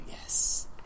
Yes